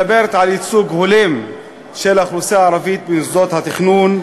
היא מדברת על ייצוג הולם של האוכלוסייה הערבית במוסדות התכנון.